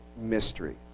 mystery